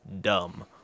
dumb